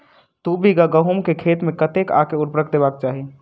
दु बीघा गहूम केँ खेत मे कतेक आ केँ उर्वरक देबाक चाहि?